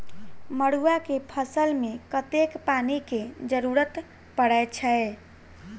मड़ुआ केँ फसल मे कतेक पानि केँ जरूरत परै छैय?